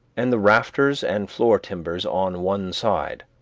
and the rafters and floor timbers on one side,